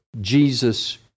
Jesus